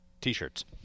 T-shirts